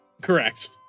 Correct